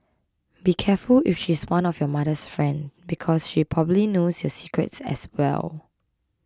be careful if she's one of your mother's friend because she probably knows your secrets as well